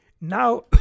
Now